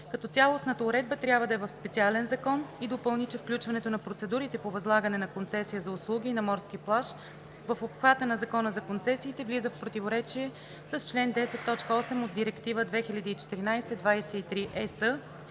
като цялостната уредба трябва да е в специален закон, и допълни, че включването на процедурите по възлагане на концесия за услуга на морски плаж в обхвата на Закона за концесиите влиза в противоречие с чл. 10, т. 8 от Директива 2014/23/ЕС